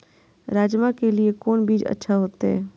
राजमा के लिए कोन बीज अच्छा होते?